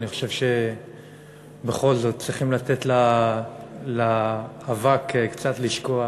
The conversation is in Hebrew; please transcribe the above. אני חושב שבכל זאת צריכים לתת לאבק קצת לשקוע